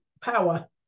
power